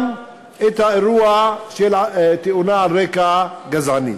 תכלול גם את האירוע של תאונה על רקע גזעני.